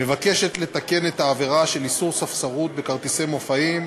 מבקשת לתקן את העבירה של איסור ספסרות בכרטיסי מופעים,